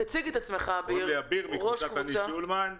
אני מקבוצת "אני שולמן",